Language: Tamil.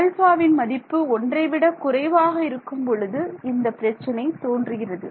ஆல்பாவின் மதிப்பு ஒன்றை விட குறைவாக இருக்கும் பொழுது இந்த பிரச்சனை தோன்றுகிறது